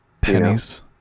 Pennies